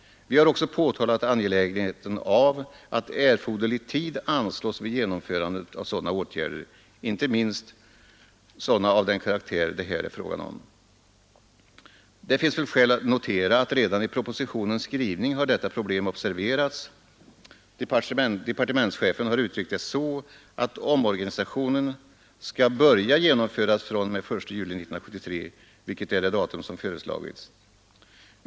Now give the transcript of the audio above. Vi har också framhållit angelägenheten av att erforderlig tid anslås vid genomförandet av sådana åtgärder, inte minst av den karaktär det här är fråga om. Det finns skäl att notera att detta problem observerats redan i propositionens skrivning. Departementschefen har uttryckt det så att omorganisationen skall börja genomföras fr.o.m.den 1 juli 1973, vilket är det datum som föreslagits.